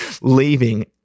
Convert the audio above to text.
leaving